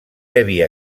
havia